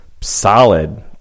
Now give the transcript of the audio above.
solid